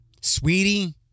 Sweetie